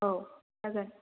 औ जागोन